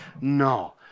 No